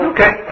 Okay